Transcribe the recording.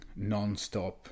nonstop